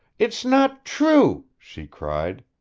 it's not true! she cried.